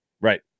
Right